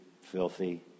filthy